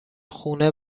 خونه